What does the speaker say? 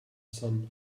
son